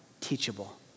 teachable